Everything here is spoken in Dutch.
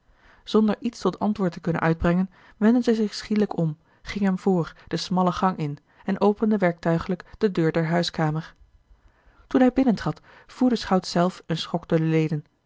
zonder iets tot antwoord te kunnen uitbrengen wendde zij zich schielijk om ging hem voor de smalle gang in en opende werktuigelijk de deur der huiskamer toen hij binnentrad voer den schout zelf een schok door de leden